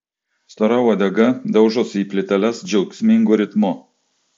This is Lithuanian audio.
stora uodega daužosi į plyteles džiaugsmingu ritmu